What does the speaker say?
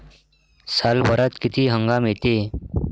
सालभरात किती हंगाम येते?